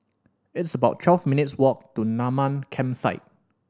it's about twelve minutes' walk to Mamam Campsite